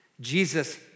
Jesus